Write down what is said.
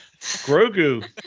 Grogu